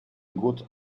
good